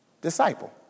Disciple